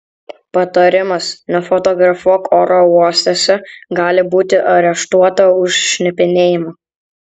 patarimas nefotografuok oro uostuose gali būti areštuota už šnipinėjimą